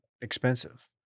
expensive